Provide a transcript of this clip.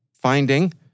Finding